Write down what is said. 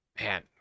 Man